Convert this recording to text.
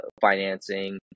financing